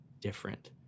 different